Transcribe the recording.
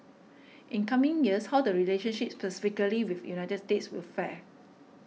in coming years how the relationship specifically with United States will fare